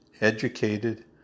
educated